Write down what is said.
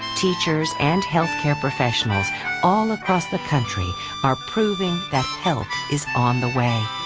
teachers and health care professionals all across the country are proving that help is on the way.